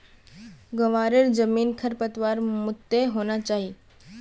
ग्वारेर जमीन खरपतवार मुक्त होना चाई